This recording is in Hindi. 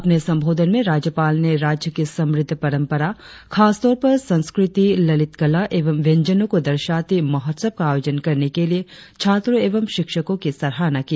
अपने संबोधन में राज्यपाल ने राज्य की समृद्ध परंपरा खासतौर पर सांस्कृति ललित कला एवं व्यंजनों को दर्शाती महोत्सव का आयोजन करने के लिए छात्रों एवं शिक्षकों की सराहना की